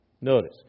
Notice